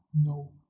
no